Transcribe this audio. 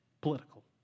political